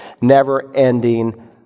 never-ending